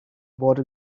worte